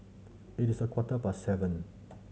it is a quarter past seven